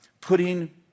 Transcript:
putting